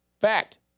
Fact